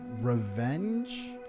revenge